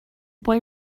boy